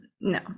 no